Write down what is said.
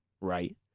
right